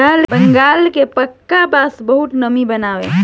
बंगाल के पीका बांस बहुते नामी बावे